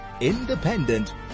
Independent